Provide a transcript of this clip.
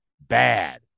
bad